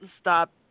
stop